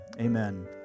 Amen